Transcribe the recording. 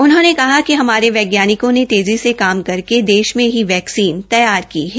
उन्होंने कहा कि हमारे वैज्ञानिकों ने तेज़ी से काम करके देश में ही वैक्सीन तैयार की है